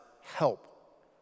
help